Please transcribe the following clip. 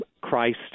Christ